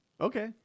okay